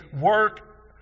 work